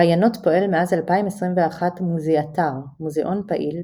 בעיינות פועל מאז 2021 מוזיאתר - מוזיאון פעיל,